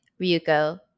Ryuko